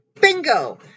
Bingo